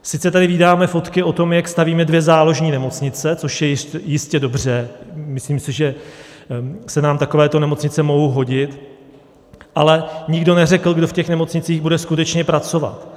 Sice tady vídáme fotky o tom, jak stavíme dvě záložní nemocnice, což je jistě dobře, myslím si, že se nám takovéto nemocnice mohou hodit, ale nikdo neřekl, kdo v těch nemocnicích bude skutečně pracovat.